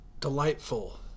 delightful